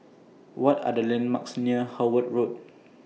What Are The landmarks near Howard Road